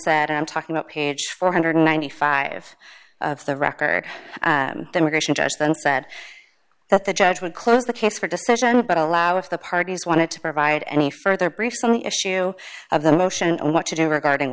that i'm talking about page four hundred and ninety five of the record that we're going to address then said that the judge would close the case for decision but allow if the parties wanted to provide any further briefs on the issue of the motion and what to do regarding